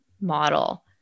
model